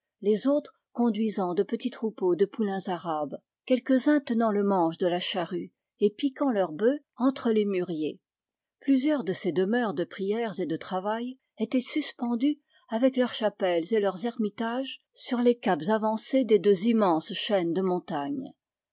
les autres conduisant de petits troupeaux de poulains arabes quelques-uns tenant le manche de la charrue et piquant leurs bœufs entre les mûriers plusieurs de ces demeures de prières et de travail étaient suspendues avec leurs chapelles et leurs ermitages sur les caps avancés des deux immenses chaînes de montagnes